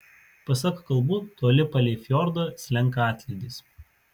pasak kalbų toli palei fjordą slenka atlydys